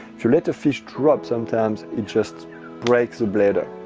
if you let a fish drop sometimes it just breaks the bladder.